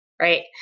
right